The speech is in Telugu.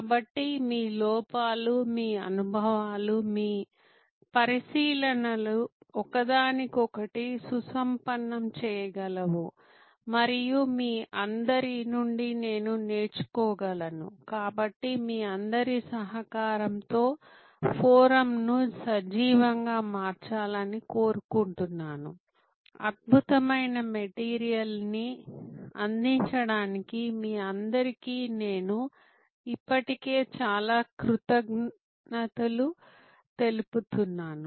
కాబట్టి మీ లోపాలు మీ అనుభవాలు మీ పరిశీలనలు ఒకదానికొకటి సుసంపన్నం చేయగలవు మరియు మీ అందరి నుండి నేను నేర్చుకోగలను కాబట్టి మీ అందరి సహకారంతో ఫోరమ్ను సజీవంగా మార్చాలని కోరుకుంటున్నాను అద్భుతమైన మెటీరియల్ని అందించినందుకు మీ అందరికీ నేను ఇప్పటికే చాలా కృతజ్ఞతలు తెలుపుతున్నాను